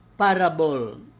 parable